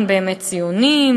אין באמת ציונים,